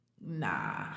nah